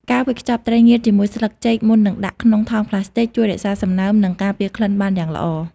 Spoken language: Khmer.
ការវេចខ្ចប់ត្រីងៀតជាមួយស្លឹកចេកមុននឹងដាក់ក្នុងថង់ប្លាស្ទិក ជួយរក្សាសំណើម និងការពារក្លិនបានយ៉ាងល្អ។